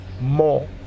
more